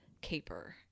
caper